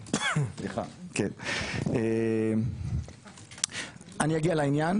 אני אגיע לעניין